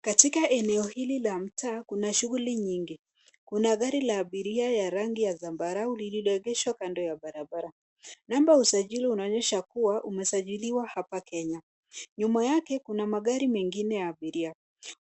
Katika eneo hili la mtaa kuna shughuli nyingi. Kuna gari la abiria ya rangi ya zambarau lililoegeshwa kando ya barabara. Namba ya usajili inaonyesha kuwa imesajiliwa hapa Kenya. Nyuma yake kuna magari mengine ya abiria.